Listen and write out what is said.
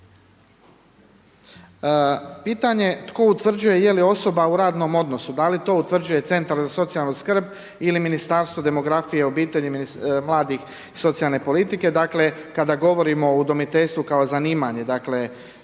Pitanje tko utvrđuje je li osoba u radnom odnosu, da li to utvrđuje centar za socijalnu skrb ili Ministarstvo demografije, obitelji, mladih socijalne politike. Dakle, kada govorimo o udomiteljstvu kao zanimanje, dakle